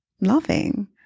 loving